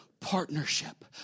partnership